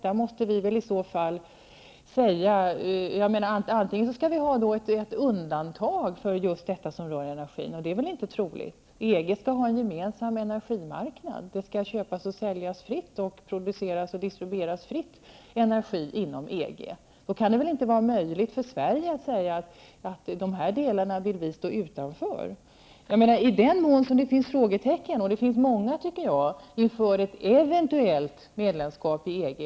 Antingen skall vi då ha ett undantag för detta som rör energin, och det är väl inte troligt. EG skall väl ha en gemensam energimarknad. Det skall köpas och säljas, produceras och distribueras fritt när det gäller energi inom EG. Då kan inte Sverige säga att dessa delar vill vi stå utanför. Jag tycker det finns många frågetecken inför ett eventuellt medlemskap i EG.